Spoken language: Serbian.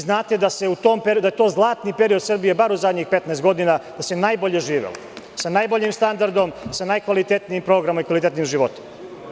Znate da je to zlatni period Srbije, bar u zadnjih 15 godina, da se najbolje živelo, sa najboljim standardom, sa najkvalitetnijim programom i najkvalitetnijim životom.